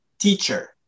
teacher